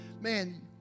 man